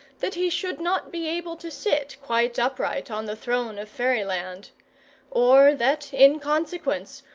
that he should not be able to sit quite upright on the throne of fairyland or that, in consequence,